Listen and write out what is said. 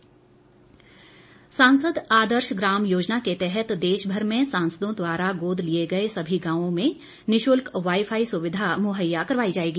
वीरेंद्र कश्यप सांसद आदर्श ग्राम योजना के तहत देश भर में सांसदों द्वारा गोद लिए गए सभी गांवों में निशुल्क वाईफाई सुविधा मुहैया करवाई जाएगी